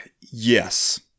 Yes